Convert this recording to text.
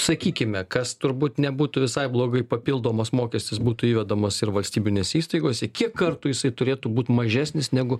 sakykime kas turbūt nebūtų visai blogai papildomas mokestis būtų juodamos ir valstybinės įstaigos į kiek kartų jisai turėtų būt mažesnis negu